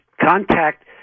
contact